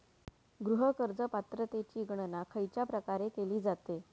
गृह कर्ज पात्रतेची गणना खयच्या प्रकारे केली जाते?